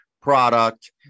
product